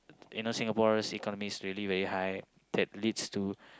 you know Singaporeans economy is really very high that leads to